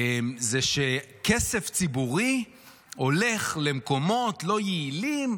זה שכסף ציבורי הולך למקומות לא יעילים,